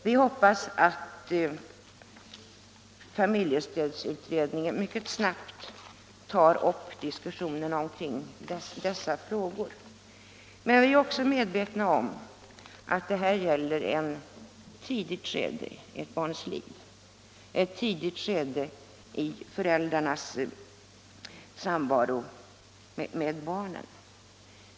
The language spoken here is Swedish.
Vi hoppas att familjestödsutredningen mycket snabbt tar upp diskussionen omkring dessa frågor. Men vi är också medvetna om att det här gäller ett tidigt skede i ett barns liv och ett tidigt skede i föräldrarnas samvaro med barnen.